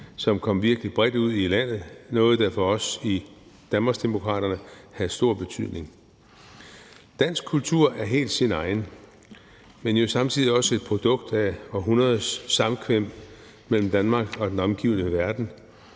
som kom virkelig bredt ud i landet – noget, der for os i Danmarksdemokraterne havde stor betydning. Dansk kultur er helt sin egen, men jo samtidig også et produkt af århundreders samkvem mellem Danmark og den omgivende verden,